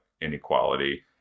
Inequality